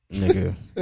nigga